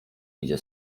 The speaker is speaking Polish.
idzie